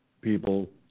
people